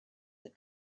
that